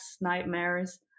nightmares